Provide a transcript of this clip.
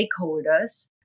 stakeholders